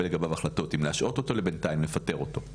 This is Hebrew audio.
החלטות אם להשעות אותו לבינתיים או לפטר אותו.